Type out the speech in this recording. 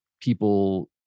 people